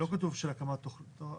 לא כתוב של הקמת תרנים.